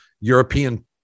European